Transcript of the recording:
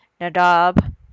Nadab